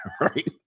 right